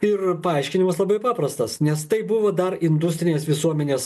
ir paaiškinimas labai paprastas nes tai buvo dar industrinės visuomenės